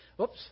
Oops